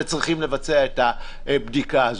לבצע את הבדיקה הזאת.